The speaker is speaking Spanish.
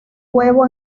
huevo